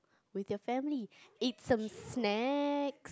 with your family eat some snack